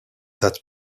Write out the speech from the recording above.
that